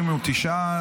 39,